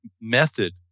method